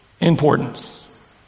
importance